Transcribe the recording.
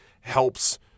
helps